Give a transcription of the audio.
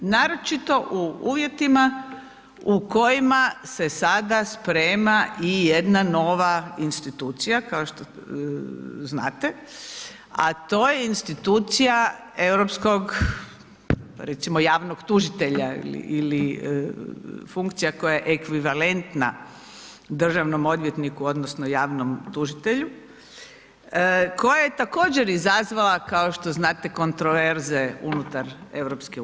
Naročito u uvjetima u kojima se sada sprema i jedna nova institucija kao što znate, a to je institucija europskog recimo javnog tužitelja ili funkcija koja je ekvivalentna državnom odvjetniku odnosno javnom tužitelju, koja je također izazvala kao što znate kontroverze unutar EU.